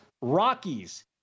Rockies